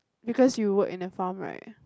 because you were in the farm right